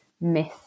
miss